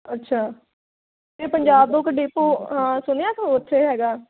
ਅੱਛਾ ਅਤੇ Punjab book depot ਸੁਣਿਆ ਤੂੰ ਉੱਥੇ ਹੈਗਾ